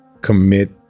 commit